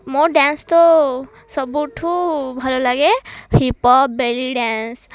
ମୋ ଡ୍ୟାନ୍ସ ତ ସବୁଠୁ ଭଲ ଲାଗେ ହିପ୍ ହପ୍ ବେଲି ଡ୍ୟାନ୍ସ